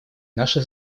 наше